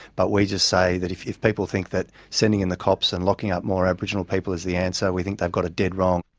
but we just say that if if people think that sending in the cops and locking up more aboriginal people is the answer, we think they've got it dead wrong.